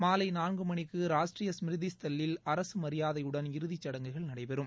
மாலை நான்கு மணிக்கு ராஷ்டரிய ஸ்மிருதி ஸ்தல்லில் அரசு மரியாதையுடன் இறுதிச்சடங்குகள் நடைபெறும்